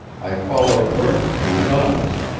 i followed lerton to his office,